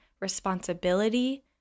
responsibility